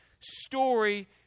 story